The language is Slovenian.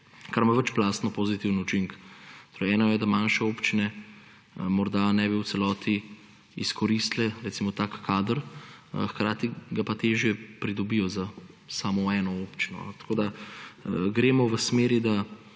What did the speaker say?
kar ima večplastno pozitiven učinek. Eno je, da manjše občine morda ne bi v celoti izkoristile, recimo, tak kader, hkrati ga pa težje pridobijo za samo eno občino. Tako gremo v smeri, da